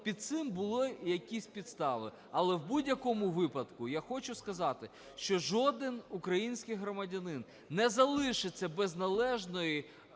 під цим були якісь підстави. Але в будь-якому випадку я хочу сказати, що жоден український громадянин не залишиться без належної